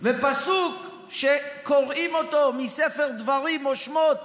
ופסוק שקוראים אותו מספר דברים או שמות,